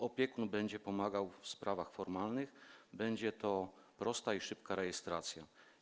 Opiekun będzie pomagał w sprawach formalnych, będzie prosta i szybka rejestracja.